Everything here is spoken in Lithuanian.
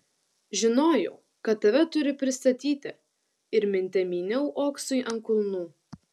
žinojau kad tave turi pristatyti ir minte myniau oksui ant kulnų